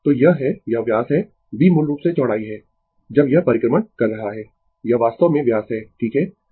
तो यह है यह व्यास है B मूल रूप से चौड़ाई है जब यह परिक्रमण कर रहा है यह वास्तव में व्यास है ठीक है